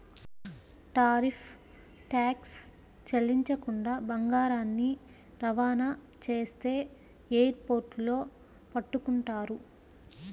tariff tax చెల్లించకుండా బంగారాన్ని రవాణా చేస్తే ఎయిర్ పోర్టుల్లో పట్టుకుంటారు